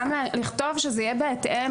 וגם לכתוב שזה יהיה בהתאם